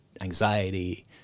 anxiety